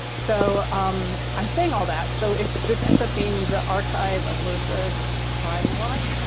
so um i'm saying all that so if this ends up being the archive of larissa just crying a lot,